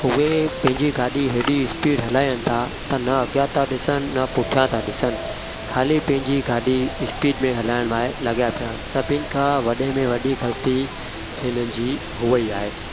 उहे पंहिंजी गाॾी हेॾी स्पीड हलाइनि था न अॻियां था ॾिसनि न पुठियां था ॾिसनि ख़ाली पंहिंजी गाॾी स्पीड में हलाइण लाइ लॻिया पिया आहिनि सभिनी खां वॾे में वॾी ग़लती हिननि जी उहा ई आहे